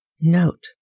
Note